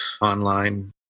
online